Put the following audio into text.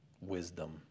wisdom